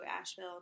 Asheville